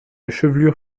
chevelure